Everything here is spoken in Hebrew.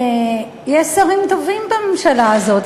יש שרים טובים בממשלה הזאת.